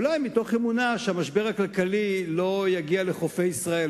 אולי מתוך אמונה שהמשבר הכלכלי לא יגיע לחופי ישראל,